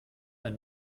ein